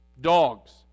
dogs